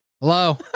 Hello